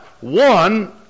one